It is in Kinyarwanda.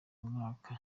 mwaka